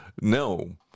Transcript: No